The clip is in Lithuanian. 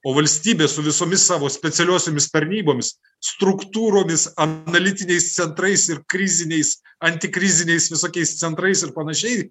o valstybė su visomis savo specialiosiomis tarnybomis struktūromis analitiniais centrais ir kriziniais antikriziniais visokiais centrais ir panašiai